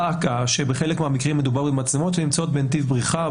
דא עקא שבחלק מהמקרים מדובר במצלמות שנמצאות בנתיב הבריחה,